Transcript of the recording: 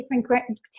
different